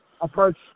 approach